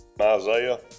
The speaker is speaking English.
Isaiah